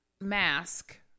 Mask